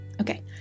Okay